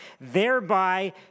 thereby